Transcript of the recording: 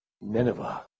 Nineveh